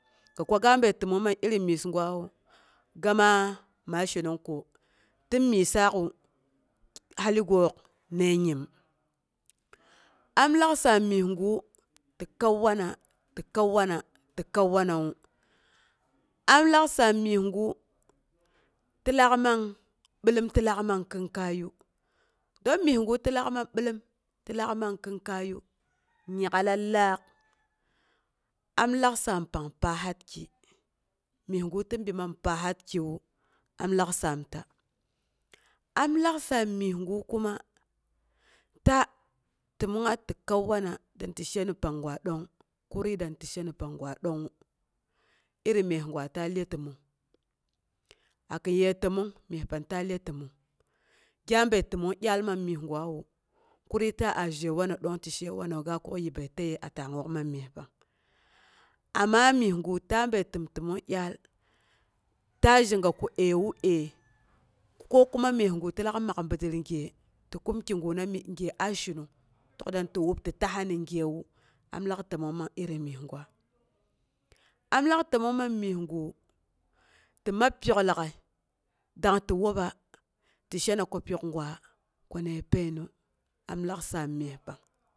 gi kwa ga bəi təmong mar iri myesgwawu gɨ ma shenong ko tin myessak'u haligook dəi nyim, am lak saam myesgu ti kəu wana, ti kau wana ti kəuwanawu. Am lak saam myesgu ti laak man b'dom tilaak man kinkaiyu don myesgu to laak man hilom ti laak man kin kaiyu, nya k'alat laak. am lak saam pang pasarki myesgu ti bi man pasarki wu, am lak saamta, am laak saam myesgu kuma ta tənongngat ti kəu wani dang ti shenong panggwa dong, kurii ta ti sheni panggwa dongngu, iri myesgwa ta lye təmong. A kinye təmong ta lye təmong. gya bəi təmong dyaal man myesgwawu kam ta a zhe wana dong ti she wanan dangngu ga kuk yibəi taye a tangngook. Man myespang. Amma myesgu ta bin təmtəmong dyaal ta zhega ko əiku əi, ko kima myesgu ti lak mak bi dəl gye ti kum kiguna gye a shenong tək dati woba ti taha ni gyewu, am lak təmong man iri nyesgwa. am lak tənong mang nyesgu ti mab pyok lagai, dang ti woba, ti shena ko pyok gwa koni painu am lak saamapang.